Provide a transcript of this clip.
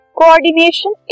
coordination